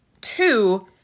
Two